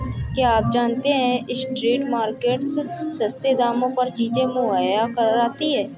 क्या आप जानते है स्ट्रीट मार्केट्स सस्ते दामों पर चीजें मुहैया कराती हैं?